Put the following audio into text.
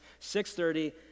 6.30